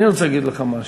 אני רוצה להגיד לך משהו.